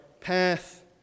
path